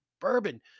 bourbon